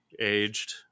aged